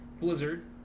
blizzard